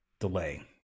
delay